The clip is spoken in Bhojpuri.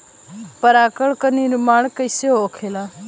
पराग कण क निर्माण कइसे होखेला?